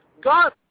God